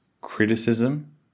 criticism